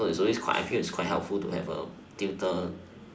so is always quite I feel it's quite helpful to have a tutor